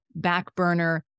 backburner